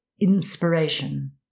INSPIRATION